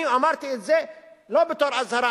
אני אמרתי את זה לא בתור אזהרה,